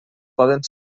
poden